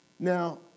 Now